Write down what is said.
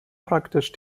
praktisch